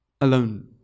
alone